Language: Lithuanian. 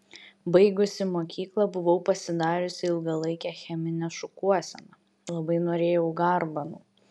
baigusi mokyklą buvau pasidariusi ilgalaikę cheminę šukuoseną labai norėjau garbanų